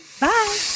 Bye